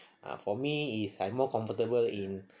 ya for me is I am more comfortable in